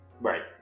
right